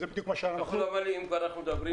זה בדיוק מה שאנחנו --- אם אנחנו מדברים